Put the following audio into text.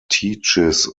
teaches